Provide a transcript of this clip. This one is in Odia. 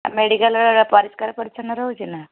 ଆଉ ମେଡ଼ିକାଲରେ ପରିଷ୍କାର ପରିଚ୍ଛନ୍ନ ରହୁଛି ନା